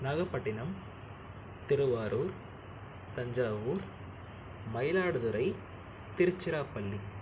Nagapattinam Thiruvarur Thanjavur Mayiladuthurai Tiruchirappalli